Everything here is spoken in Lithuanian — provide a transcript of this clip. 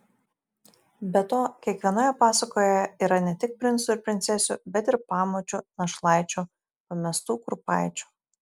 be to kiekvienoje pasakoje yra ne tik princų ir princesių bet ir pamočių našlaičių pamestų kurpaičių